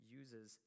uses